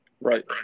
Right